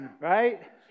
right